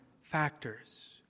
factors